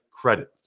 credit